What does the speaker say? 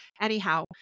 anyhow